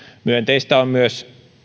myönteistä on myös